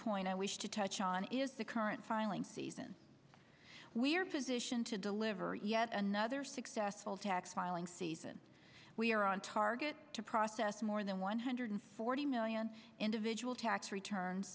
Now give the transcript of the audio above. point i wish to touch on is the current filing season we're positioned to deliver yet another successful tax filing season we're on target to process more than one hundred forty million individual tax returns